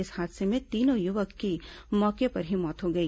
इस हादसे में तीनों युवक की मौके पर ही मौत हो गई